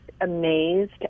amazed